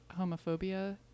homophobia